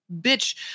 bitch